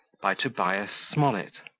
by tobias smollett